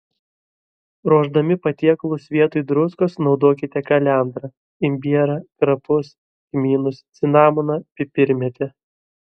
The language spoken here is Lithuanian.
ruošdami patiekalus vietoj druskos naudokite kalendrą imbierą krapus kmynus cinamoną pipirmėtę